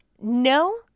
no